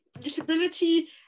disability